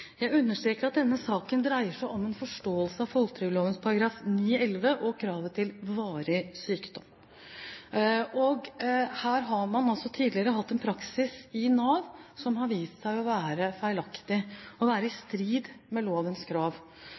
Jeg understreker at denne saken dreier som om en forståelse av folketrygdloven § 9-11 og kravene til «varig sykdom». Her har man tidligere hatt en praksis i Nav som har vist seg å være feilaktig og i strid med lovens krav.